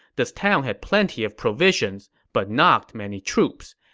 this town had plenty of provisions, but not many troops.